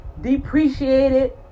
depreciated